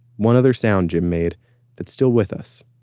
one other sound jim made that's still with us.